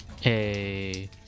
Hey